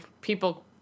people